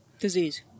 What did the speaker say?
Disease